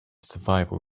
survival